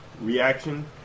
reaction